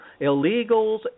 illegals